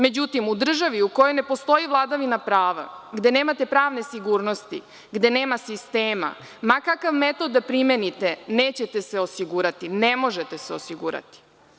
Međutim, u državi u kojoj ne postoji vladavina prava, gde nemate pravne sigurnosti, gde nema sistema, ma kakav metod da primenite, nećete se osigurate, ne možete se osigurati.